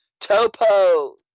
Topo